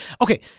okay